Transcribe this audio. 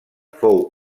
fou